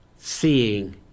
seeing